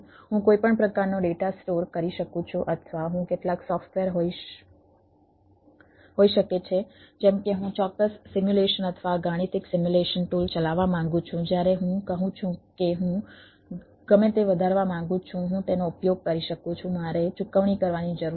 હું કોઈપણ પ્રકારનો ડેટા સ્ટોર કરી શકું છું અથવા તે કેટલાક સોફ્ટવેર હોઈ શકે છે જેમ કે હું ચોક્કસ સિમ્યુલેશન અથવા ગાણિતિક સિમ્યુલેશન ટૂલ ચલાવવા માંગુ છું જ્યારે હું કહું છું કે હું ગમે તે વધારવા માંગુ છું હું તેનો ઉપયોગ કરી શકું છું મારે ચૂકવણી કરવાની જરૂર છે